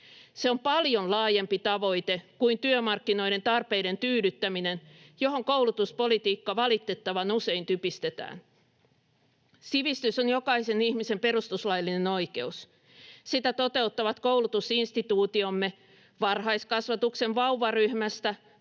Se on paljon laajempi tavoite kuin työmarkkinoiden tarpeiden tyydyttäminen, johon koulutuspolitiikka valitettavan usein typistetään. Sivistys on jokaisen ihmisen perustuslaillinen oikeus. Sitä toteuttavat koulutusinstituutiomme varhaiskasvatuksen vauvaryhmästä